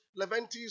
Leventis